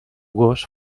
gos